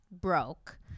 broke